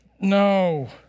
no